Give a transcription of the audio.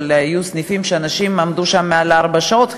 אבל היו סניפים שאנשים עמדו שם מעל ארבע שעות,